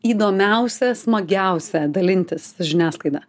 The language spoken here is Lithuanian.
įdomiausia smagiausia dalintis žiniasklaida